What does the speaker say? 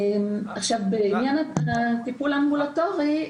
בעניין הטיפול האמבולטורי,